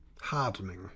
hardening